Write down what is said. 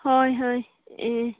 ꯍꯣꯏ ꯍꯣꯏ ꯎꯝ